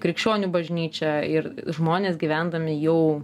krikščionių bažnyčia ir žmonės gyvendami jau